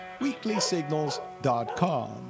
WeeklySignals.com